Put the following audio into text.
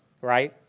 right